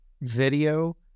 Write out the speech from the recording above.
video